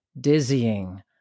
dizzying